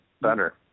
better